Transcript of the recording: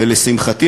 ולשמחתי,